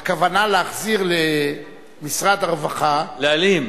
הכוונה להחזיר למשרד הרווחה, להלאים.